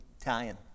Italian